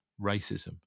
racism